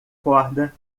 corda